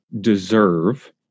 deserve